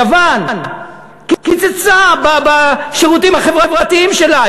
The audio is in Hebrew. יוון קיצצה בשירותים החברתיים שלה,